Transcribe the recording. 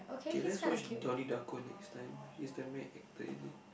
K let's watch Donnie-Darko next time he's the main actor in it